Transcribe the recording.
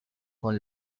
con